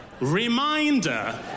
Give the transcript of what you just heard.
reminder